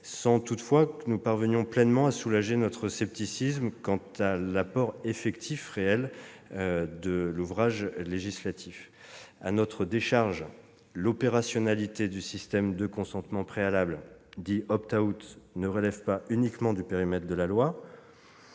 sans toutefois que nous parvenions à soulager notre scepticisme quant à l'apport réel de l'ouvrage législatif. À notre décharge, l'opérationnalité du système de consentement préalable, dit, ne relève pas uniquement du périmètre de la loi.